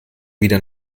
wieder